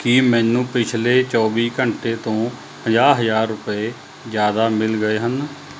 ਕੀ ਮੈਨੂੰ ਪਿਛਲੇ ਚੌਵੀ ਘੰਟੇ ਤੋਂ ਪੰਜਾਹ ਹਜ਼ਾਰ ਰੁਪਏ ਜ਼ਿਆਦਾ ਮਿਲ ਗਏ ਹਨ